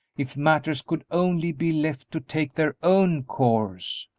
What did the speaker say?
if matters could only be left to take their own course.